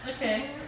Okay